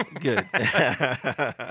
Good